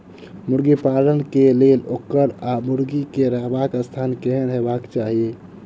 मुर्गी पालन केँ लेल ओकर वा मुर्गी केँ रहबाक स्थान केहन हेबाक चाहि?